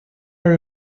are